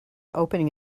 opening